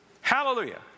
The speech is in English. Hallelujah